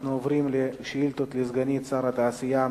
אנחנו עוברים לשאילתות לסגנית שר התעשייה,